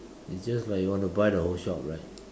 it's just like you want to buy the whole shop right